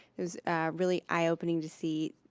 it was really eye opening to see,